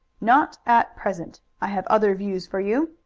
not at present i have other views for you.